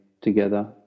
together